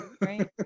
right